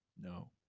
No